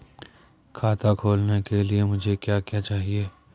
खाता खोलने के लिए मुझे क्या क्या चाहिए?